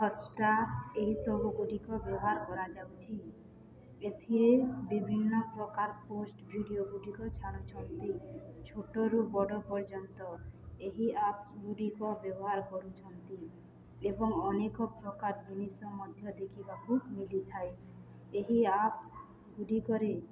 Hotstar ଏହିସବୁ ଗୁଡ଼ିକ ବ୍ୟବହାର କରାଯାଉଛି ଏଥିରେ ବିଭିନ୍ନ ପ୍ରକାର ପୋଷ୍ଟ ଭିଡ଼ିଓ ଗୁଡ଼ିକ ଛାଡ଼ୁଛନ୍ତି ଛୋଟରୁ ବଡ଼ ପର୍ଯ୍ୟନ୍ତ ଏହି ଆପ୍ସ ଗୁଡ଼ିକ ବ୍ୟବହାର କରୁଛନ୍ତି ଏବଂ ଅନେକ ପ୍ରକାର ଜିନିଷ ମଧ୍ୟ ଦେଖିବାକୁ ମିଳିଥାଏ ଏହି ଆପ୍ ଗୁଡ଼ିକରେ